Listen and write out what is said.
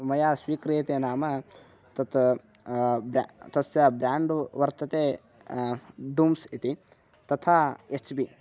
मया स्वीक्रिते नाम तत् ब्रे तस्य ब्रेण्ड् वर्तते डूम्स् इति तथा एच् बि